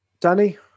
danny